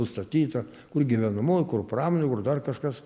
nustatyta kur gyvenamoji kur pramonė kur dar kažkas